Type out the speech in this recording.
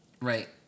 right